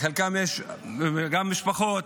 לחלקם יש גם משפחות.